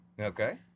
Okay